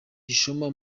gishoma